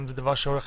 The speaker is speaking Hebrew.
אם זה דבר שהולך